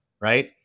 right